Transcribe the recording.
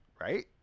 right